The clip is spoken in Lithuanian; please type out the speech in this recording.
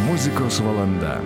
muzikos valanda